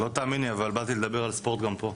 לא תאמיני, אבל באתי לדבר על ספורט גם פה.